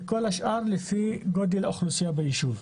וכל השאר לפי גודל אוכלוסייה ביישוב.